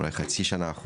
אולי חצי שנה האחרונה,